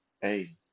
hey